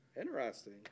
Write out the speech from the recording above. interesting